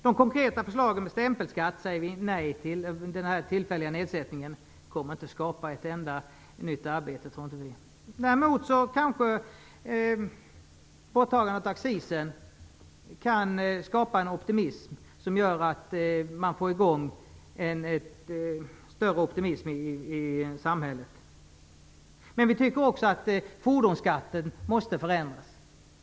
De konkreta förslagen när det gäller stämpelskatten säger vi nej till. Den tillfälliga nedsättningen tror vi inte kommer att skapa ett enda nytt arbete. Däremot kanske borttagandet av accisen kan skapa en större optimism i samhället. Men vi tycker också att fordonsskatten måste förändras.